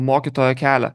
mokytojo kelią